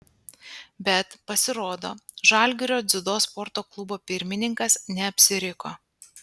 bet pasirodo žalgirio dziudo sporto klubo pirmininkas neapsiriko